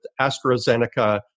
AstraZeneca